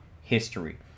history